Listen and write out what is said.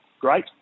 great